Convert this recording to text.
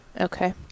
okay